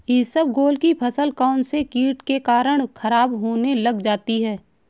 इसबगोल की फसल कौनसे कीट के कारण खराब होने लग जाती है?